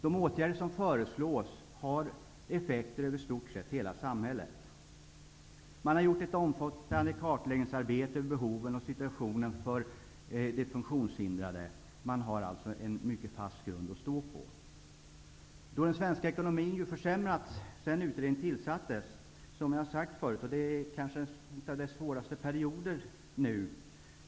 De åtgärder som föreslås får effekter över i stort sett hela samhället. Ett omfattande arbete med att kartlägga de funktionshindrades behov har genomförts. Det finns alltså en mycket fast grund att stå på. Den svenska ekonomin har försämrats påtagligt sedan utredningen tillsattes. Det här är en av landets svåraste perioder.